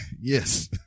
Yes